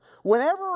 Whenever